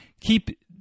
keep